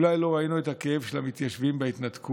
אולי לא ראינו את הכאב של המתיישבים בהתנתקות,